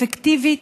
אפקטיבית.